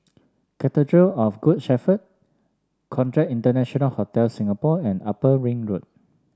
Cathedral of Good Shepherd Conrad International Hotel Singapore and Upper Ring Road